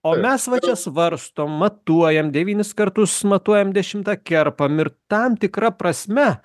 o mes va čia svarstom matuojam devynis kartus matuojam dešimtą kerpam ir tam tikra prasme